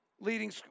leading